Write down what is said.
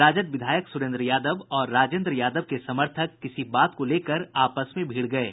राजद विधायक सुरेन्द्र यादव और राजेन्द्र यादव के समर्थक किसी बात को लेकर आपस में भिड़ गये